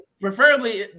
preferably